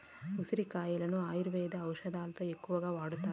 ఉసిరి కాయలను ఆయుర్వేద ఔషదాలలో ఎక్కువగా వాడతారు